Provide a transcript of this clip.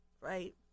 right